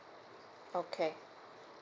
okay